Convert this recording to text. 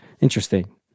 Interesting